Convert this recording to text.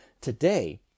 Today